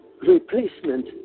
Replacement